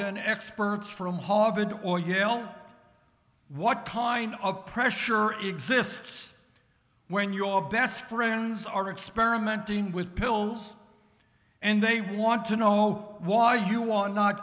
than experts from harvard or yale what kind of pressure exists when your best friends are experimenting with pills and they want to know why you want not